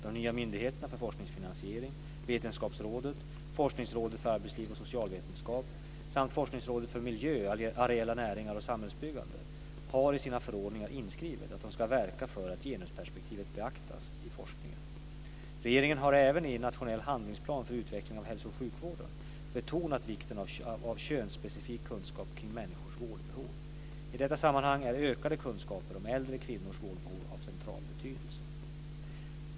De nya myndigheterna för forskningsfinansiering, Vetenskapsrådet , Forskningsrådet för arbetsliv och socialvetenskap samt Forskningsrådet för miljö, areella näringar och samhällsbyggande , har i sina förordningar inskrivet att de ska verka för att genusperspektivet beaktas i forskningen. Regeringen har även i Nationell handlingsplan för utveckling av hälso och sjukvården betonat vikten av könsspecifik kunskap kring människors vårdbehov. I detta sammanhang är ökade kunskaper om äldre kvinnors vårdbehov av central betydelse.